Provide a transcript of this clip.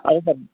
அதான் சார்